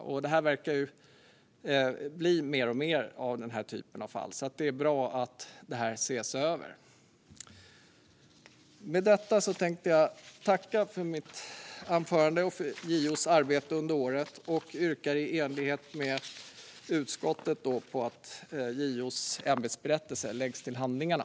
Eftersom vi verkar få mer och mer av den här typen av fall är det bra att detta ses över. Med detta sagt tänkte jag avsluta mitt anförande med att tacka för JO:s arbete under året. Jag yrkar i enlighet med utskottets förslag på att JO:s ämbetsberättelse läggs till handlingarna.